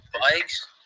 bikes